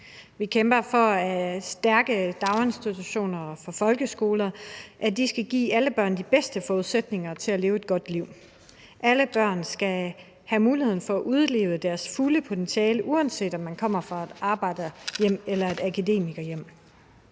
Vi kæmper for, at stærke daginstitutioner og folkeskoler skal give alle børn de bedste forudsætninger for at leve et godt liv. Alle børn skal have muligheden for at udleve deres fulde potentiale, uanset om man kommer fra et arbejderhjem eller et akademikerhjem.